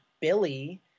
Billy